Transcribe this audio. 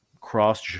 Cross